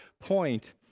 point